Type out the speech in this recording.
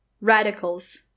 radicals